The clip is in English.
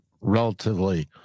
relatively